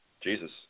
Jesus